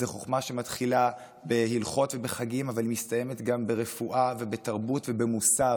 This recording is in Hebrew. זו חוכמה שמתחילה בהלכות ובחגים אבל מסתיימת גם ברפואה ובתרבות ובמוסר.